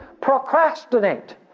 procrastinate